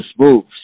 Moves